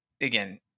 again